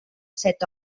set